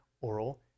oral